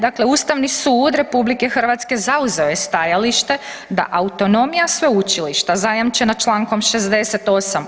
Dakle, Ustavni sud RH zauzeo je stajalište da autonomija sveučilišta zajamčena čl. 68.